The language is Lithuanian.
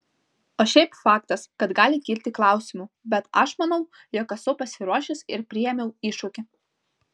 o šiaip faktas kad gali kilti klausimų bet aš manau jog esu pasiruošęs ir priėmiau iššūkį